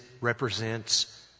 represents